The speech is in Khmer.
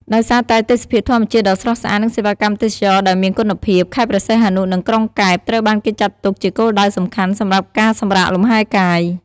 ដោយសារតែទេសភាពធម្មជាតិដ៏ស្រស់ស្អាត និងសេវាកម្មទេសចរណ៍ដែលមានគុណភាព ខេត្តព្រះសីហនុ និងក្រុងកែប ត្រូវបានគេចាត់ទុកជាគោលដៅសំខាន់ សម្រាប់ការសម្រាកលំហែកាយ។